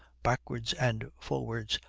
backwards and forwards,